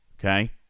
Okay